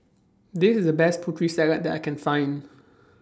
This IS The Best Putri Salad that I Can Find